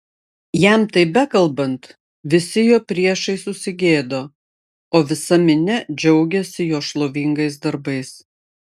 jam tai bekalbant visi jo priešai susigėdo o visa minia džiaugėsi jo šlovingais darbais